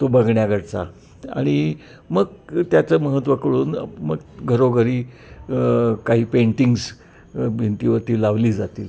तो बघण्याकडचा आणि मग त्याचं महत्त्व कळून मग घरोघरी काही पेंटिंग्स भिंतीवरती लावली जातील